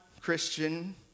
Christian